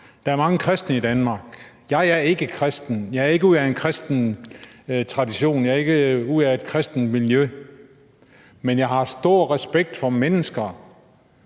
Der er mange kristne i Danmark, men jeg er ikke kristen, jeg er ikke ud af en kristen tradition, jeg er ikke ud af et kristent miljø, men jeg har stor respekt for mennesker,